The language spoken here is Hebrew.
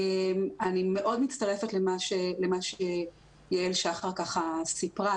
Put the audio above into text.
אני מאוד מצטרפת למה שיעל שחר סיפרה.